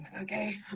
okay